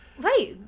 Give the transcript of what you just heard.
right